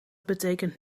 betekent